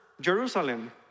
Jerusalem